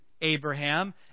Abraham